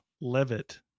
levitt